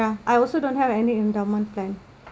yah I also don't have any endowment plan